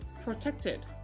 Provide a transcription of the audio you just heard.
protected